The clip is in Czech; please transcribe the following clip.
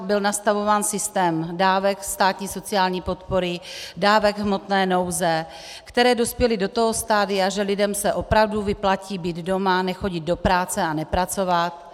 Byl nastavován systém dávek státní sociální podpory, dávek v hmotné nouzi, které dospěly do toho stadia, že lidem se opravdu vyplatí být doma, nechodit do práce a nepracovat.